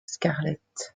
scarlett